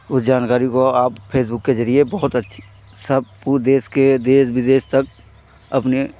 उस जानकारी को आप फेसबुक के ज़रिये बहुत अच्छी सब पूरे देश के देश विदेश सब अपने